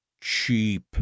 cheap